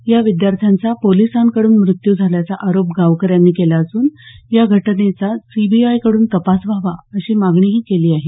या विद्यार्थ्यांचा पोलिसांकडून मृत्यू झाल्याचा आरोप गावकऱ्यांनी केला असून या घटनेचा सीबीआयकडून तपास व्हावा अशी मागणीही केली आहे